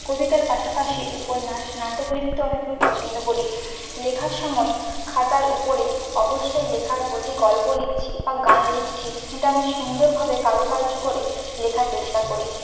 কবিতার পাশাপাশি উপন্যাস নাটক লিখতেও আমি খুবই পছন্দ করি লেখার সময় খাতার উপরে অবশ্যই লেখার গল্প লিখছি বা গান লিখছি সেইটা আমি সুন্দরভাবে কারুকার্য করে লেখার চেষ্টা করি